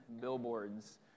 billboards